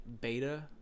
beta